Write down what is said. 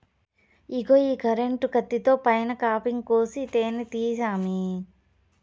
ఇగో ఈ కరెంటు కత్తితో పైన కాపింగ్ కోసి తేనే తీయి సామీ